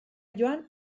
joan